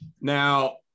Now